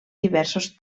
diversos